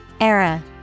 Era